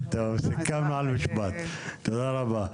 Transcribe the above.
תודה רבה.